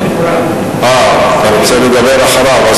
אתה רוצה לדבר אחריו?